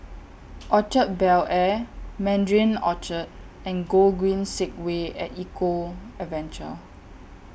Orchard Bel Air Mandarin Orchard and Gogreen Segway At Eco Adventure